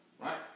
Right